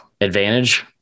advantage